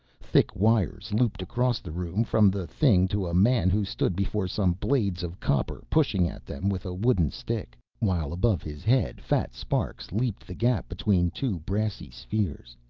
thick wires looped across the room from the thing to a man who stood before some blades of copper pushing at them with a wooden stick, while above his head fat sparks leaped the gap between two brassy spheres.